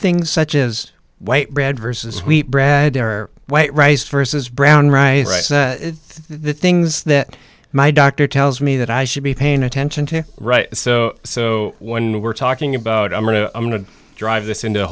things such as white bread versus wheat bread there are white rice versus brown rice the things that my doctor tells me that i should be paying attention to right so so when we're talking about i'm going to i'm going to drive this into